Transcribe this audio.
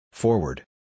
Forward